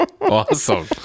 Awesome